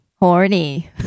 horny